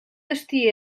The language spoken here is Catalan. destí